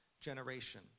generation